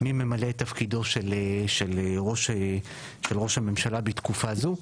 מי ממלא את תפקידו של ראש העיר של ראש הממשלה בתקופה הזו,